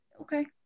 okay